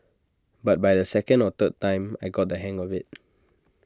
but by the second or third time I got the hang of IT